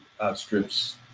outstrips